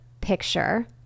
picture